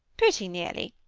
pretty nearly.